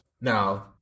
Now